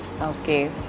Okay